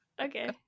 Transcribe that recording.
Okay